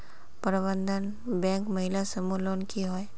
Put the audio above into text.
प्रबंधन बैंक महिला समूह लोन की होय?